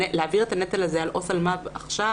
להעביר את הנטל הזה לעו"ס אלמ"ב עכשיו